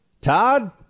Todd